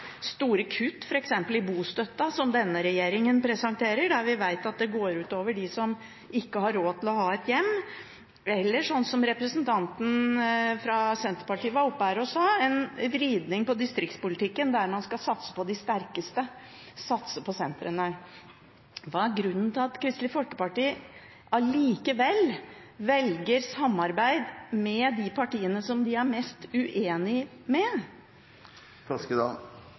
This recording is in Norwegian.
store kutt i f.eks. bostøtta, som denne regjeringen presenterer, der vi vet at det går ut over dem som ikke har råd til å ha et hjem, eller at man får det som representanten fra Senterpartiet var opp her og sa: en vridning på distriktspolitikken, der man skal satse på de sterkeste, satse på sentrene, Hva er grunnen til at Kristelig Folkeparti likevel velger samarbeid med de partiene de er mest uenige med?